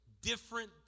Different